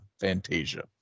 Fantasia